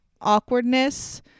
awkwardness